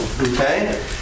Okay